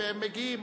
והם מגיעים,